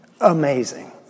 Amazing